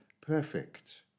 perfect